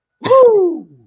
Woo